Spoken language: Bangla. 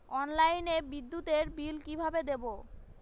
অনলাইনে বিদ্যুতের বিল কিভাবে দেব?